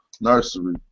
nursery